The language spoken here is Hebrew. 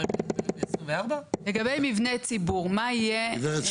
אבל אנחנו